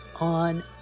on